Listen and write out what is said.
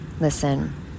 listen